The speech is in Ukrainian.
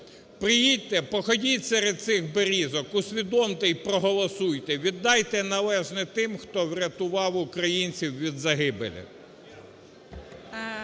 Приїдьте, походіть серед цих берізок, усвідомте і проголосуйте. Віддайте належне тим, хто врятував українців від загибелі.